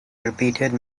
repeated